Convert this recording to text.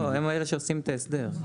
הם אלו שעושים את ההסדר.